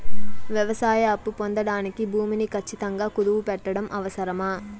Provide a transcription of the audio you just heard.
వ్యవసాయ అప్పు పొందడానికి భూమిని ఖచ్చితంగా కుదువు పెట్టడం అవసరమా?